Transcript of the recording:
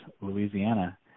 Louisiana